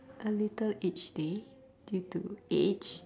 a little each day due to age